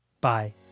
Bye